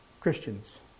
Christians